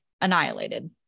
annihilated